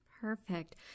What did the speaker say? Perfect